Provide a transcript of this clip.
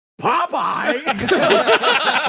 Popeye